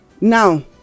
Now